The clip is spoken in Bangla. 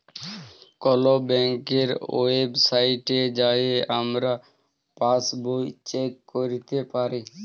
কল ব্যাংকের ওয়েবসাইটে যাঁয়ে আমরা পাসবই চ্যাক ক্যইরতে পারি